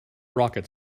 rocket